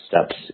steps